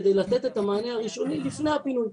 כדי לתת את המענה הראשוני לפני הפנוי.